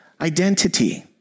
identity